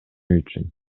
үчүн